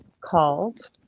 called